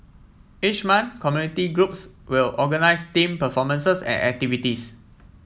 each month community groups will organise themed performances and activities